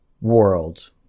world